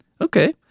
Okay